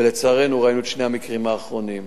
ולצערנו ראינו את שני המקרים האחרונים.